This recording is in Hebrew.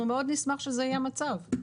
אנחנו מאוד נשמח שזה יהיה המצב.